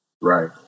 Right